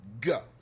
go